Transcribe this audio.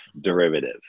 derivative